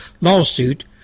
lawsuit